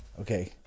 Okay